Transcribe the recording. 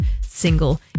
single